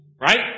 Right